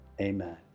Amen